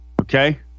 okay